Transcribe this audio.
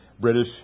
British